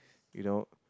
you know